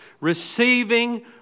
receiving